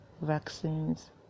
vaccines